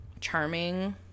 charming